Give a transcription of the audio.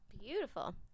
beautiful